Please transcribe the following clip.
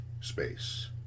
space